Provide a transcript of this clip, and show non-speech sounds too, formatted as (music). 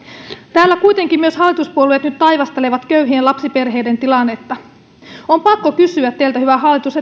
täällä kuitenkin myös hallituspuolueet nyt taivastelevat köyhien lapsiperheiden tilannetta on pakko kysyä teiltä hyvä hallitus (unintelligible)